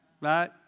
right